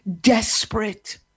desperate